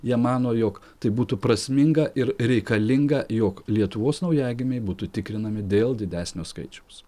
jie mano jog tai būtų prasminga ir reikalinga jog lietuvos naujagimiai būtų tikrinami dėl didesnio skaičiaus